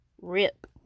rip